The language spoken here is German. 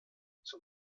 zum